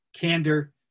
candor